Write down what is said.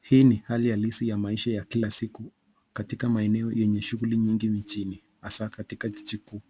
Hii ni hali halisi ya maisha ya kila siku katika maeneo yenye shughuli nyingi mjini, hasa katika jiji kuu.